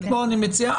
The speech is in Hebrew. פה אני מציע,